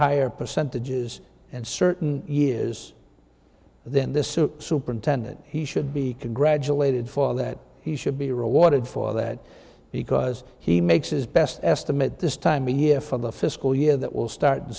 higher percentages and certain years then this suit superintendent he should be congratulated for that he should be rewarded for that because he makes his best estimate this time a year from the fiscal year that will start